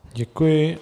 Děkuji.